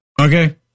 Okay